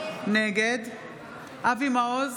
נגד אבי מעוז,